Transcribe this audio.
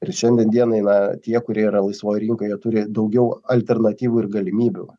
ir šiandien dienai na tie kurie yra laisvoj rinkoj jie turi daugiau alternatyvų ir galimybių